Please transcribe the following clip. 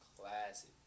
classic